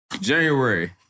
January